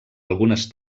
algunes